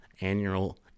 annual